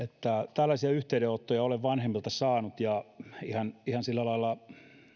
tällaisia yhteydenottoja olen vanhemmilta saanut ja he ovat ihan sillä lailla